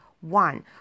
One